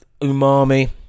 Umami